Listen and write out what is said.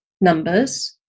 numbers